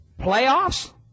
playoffs